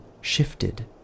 shifted